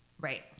Right